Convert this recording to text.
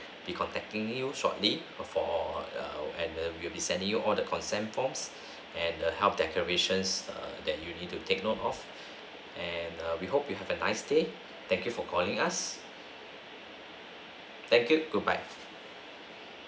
be contacting you shortly err for and err we will be sending you all the consent forms and the health declarations err that you need to take note of and err we hope you have a nice day thank you for calling us thank you goodbye